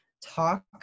talk